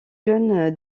jeune